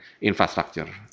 infrastructure